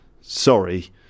sorry